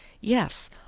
yes